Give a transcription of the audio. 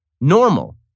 normal